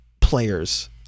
players